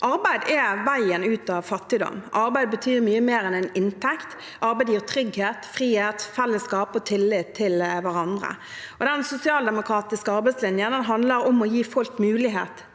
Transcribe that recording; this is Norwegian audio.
Arbeid er veien ut av fattigdom. Arbeid betyr mye mer enn inntekt. Arbeid gir trygghet, frihet, fellesskap og tillit til hverandre. Den sosialdemokratiske arbeidslinjen handler om å gi folk mulighet